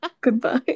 Goodbye